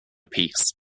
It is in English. peace